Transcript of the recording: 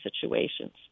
situations